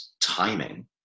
timing